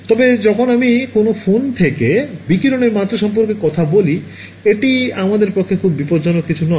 তবে যখন আমি কোনও ফোন থেকে বিকিরণের মাত্রা সম্পর্কে কথা বলি এটি আমাদের পক্ষে খুব বিপজ্জনক কিছু নয়